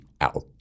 out